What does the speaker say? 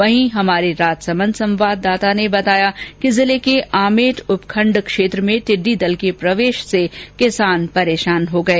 वहीं हमारे राजसमंद संवाददाता ने बताया कि जिले के आमेट उपखंड क्षेत्र में टिड्डी दल के प्रवेश से किसान परेशान हो गए